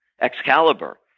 excalibur